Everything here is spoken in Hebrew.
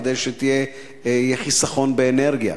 כדי שיהיה חיסכון באנרגיה.